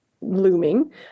looming